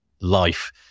life